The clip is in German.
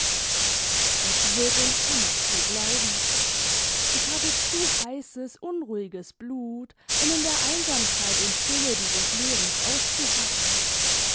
es wird und kann nicht so bleiben ich habe zu heißes unruhiges blut um in der einsamkeit und stille dieses lebens auszuharren